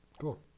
cool